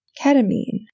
Ketamine